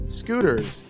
scooters